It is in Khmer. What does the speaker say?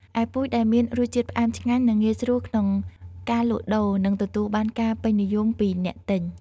ឯពូជដែលមានរសជាតិផ្អែមឆ្ងាញ់ នឹងងាយស្រួលក្នុងការលក់ដូរ និងទទួលបានការពេញនិយមពីអ្នកទិញ។